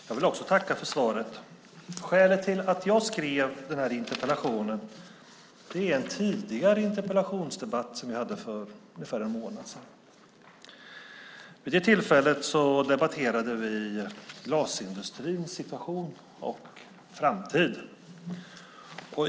Fru talman! Jag vill börja med att tacka för svaret. Skälet till att jag skrev interpellationen är en tidigare interpellationsdebatt som vi hade för ungefär en månad sedan. Vid det tillfället debatterade vi glasindustrins situation och framtid.